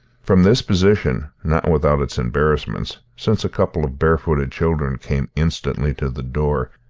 from this position not without its embarrassments, since a couple of barefooted children came instantly to the door,